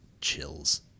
chills